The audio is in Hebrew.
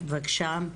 בבקשה.